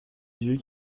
vieux